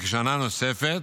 בכשנה נוספת,